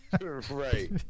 right